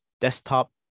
desktop